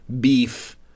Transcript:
beef